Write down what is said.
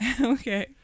Okay